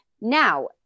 now